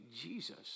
Jesus